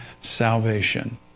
salvation